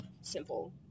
simple